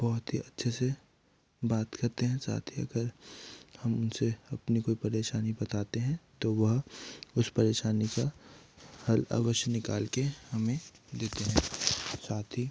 बहुत ही अच्छे से बात करते हैं साथ ही अगर हम उनसे अपनी कोई परेशानी बताते हैं तो वह उस परेशानी का हल अवश्य निकाल के हमें देते हैं साथ ही